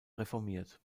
reformiert